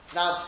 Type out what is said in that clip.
now